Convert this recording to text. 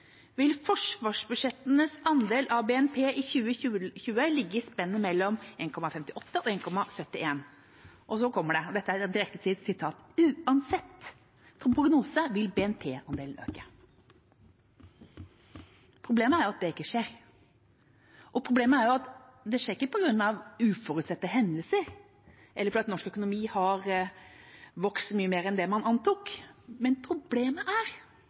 vil forsvarsbudsjettets andel av BNP i 2020 ligge i spennet mellom 1,58 og 1,71 %.» Og så kommer det: «Uansett prognose vil BNP-andelen øke.» Problemet er jo at det ikke skjer, og problemet er at det skjer ikke på grunn av uforutsette hendelser, eller fordi norsk økonomi har vokst så mye mer enn man antok. Problemet er – dette er jo litt nerdete, men det er